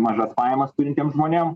mažas pajamas turintiem žmonėm